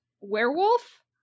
werewolf